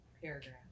paragraph